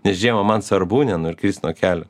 nes žiemą man svarbu nenukris nuo kelio